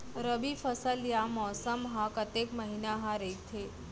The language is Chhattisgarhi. रबि फसल या मौसम हा कतेक महिना हा रहिथे?